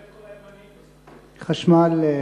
חשמל.